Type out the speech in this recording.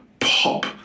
pop